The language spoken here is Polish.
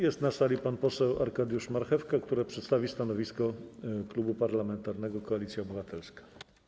Jest na sali pan poseł Arkadiusz Marchewka, który przedstawi stanowisko Klubu Parlamentarnego Koalicja Obywatelska.